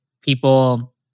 people